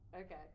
okay